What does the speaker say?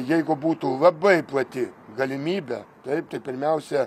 jeigu būtų labai plati galimybė taip tai pirmiausia